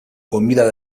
comida